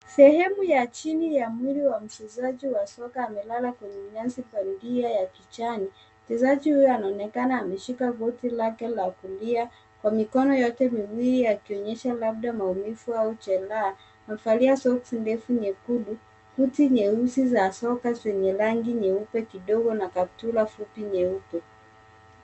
Sehemu ya chini ya mwili wa mchezaji wa soka amelala kwenye nyasi iliyo ya kijani. Mchezaji huyo anaonekana ameshika goti lake la kulia kwa mikono yote miwili akionyesha labda maumivu au jereha. Amevalia soksi nefu nyekundu, buti nyeusi za soka zenye rangi nyeupe kidogo na kaptura fupi nyeupe.